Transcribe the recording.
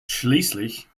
schließlich